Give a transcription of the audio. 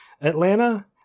Atlanta